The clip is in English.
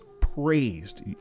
praised